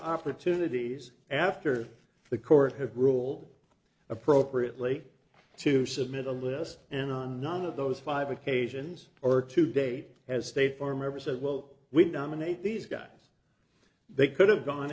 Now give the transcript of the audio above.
opportunities after the court had ruled appropriately to submit a list and on none of those five occasions or to date as state bar member said well we nominate these guys they could have gone